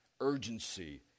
urgency